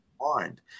mind